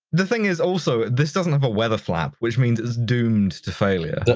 the thing is, also, this doesn't have a weather flap, which means it's doomed to failure.